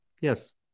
Yes